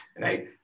Right